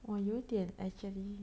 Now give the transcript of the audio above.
我有点 actually